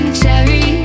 cherry